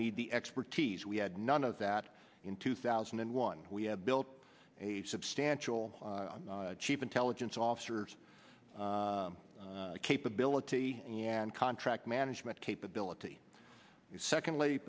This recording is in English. need the expertise we had none of that in two thousand and one we had built a substantial cheap intelligence officers capability and contract management capability secondly